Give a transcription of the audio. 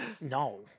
No